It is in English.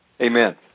Amen